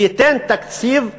וייתן תקציב שוויוני,